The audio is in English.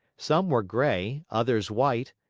some were gray, others white,